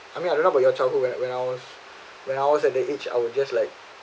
I mean I don't know about your childhood when when I was when I was at the age I will just like